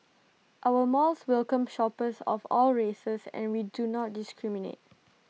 our malls welcome shoppers of all races and we do not discriminate